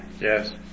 Yes